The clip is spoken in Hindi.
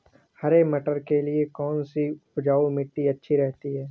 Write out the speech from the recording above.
हरे मटर के लिए कौन सी उपजाऊ मिट्टी अच्छी रहती है?